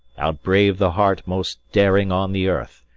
outbrave the heart most daring on the earth,